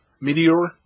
Meteor